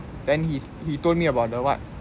then he he told me about the what